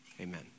amen